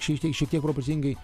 šiek tiek šiek tiek proporcingai